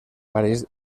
parells